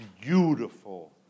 beautiful